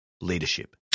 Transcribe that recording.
leadership